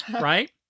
Right